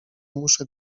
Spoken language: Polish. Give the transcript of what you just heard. muszę